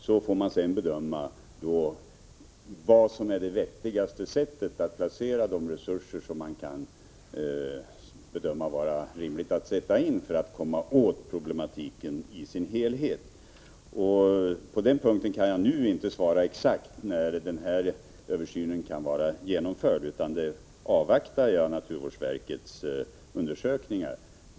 Sedan kan man bedöma vilket som är det vettigaste sättet att placera de resurser som man anser det är rimligt att sätta in för att komma åt problematiken i dess helhet. På den punkten kan jag nu inte svara exakt när översynen kan vara genomförd, utan jag avvaktar naturvårdsverkets undersökningar.